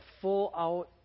full-out